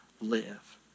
live